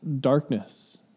darkness